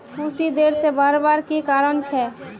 कुशी देर से बढ़वार की कारण छे?